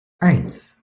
eins